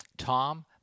Tom